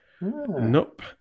Nope